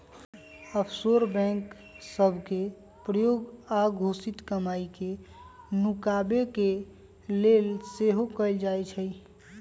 offshore bank सभ के प्रयोग अघोषित कमाई के नुकाबे के लेल सेहो कएल जाइ छइ